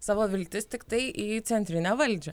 savo viltis tiktai į centrinę valdžią